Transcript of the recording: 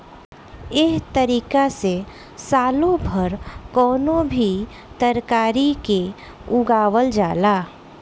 एह तारिका से सालो भर कवनो भी तरकारी के उगावल जाला